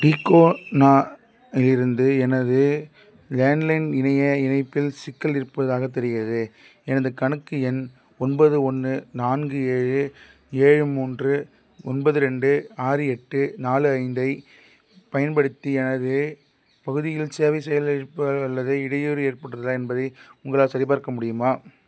டிகோனாவில் இருந்து எனது லேண்ட்லைன் இணைய இணைப்பில் சிக்கல் இருப்பதாக தெரிகிறது எனது கணக்கு எண் ஒன்பது ஒன்று நான்கு ஏழு ஏழு மூன்று ஒன்பது ரெண்டு ஆறு எட்டு நாலு ஐந்தை பயன்படுத்தி எனது பகுதியில் சேவை செயலிழப்பு அல்லது இடையூறு ஏற்பட்டுள்ளதா என்பதை உங்களால் சரிபார்க்க முடியுமா